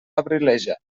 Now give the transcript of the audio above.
abrileja